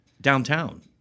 downtown